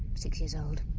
six years old.